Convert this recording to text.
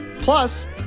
Plus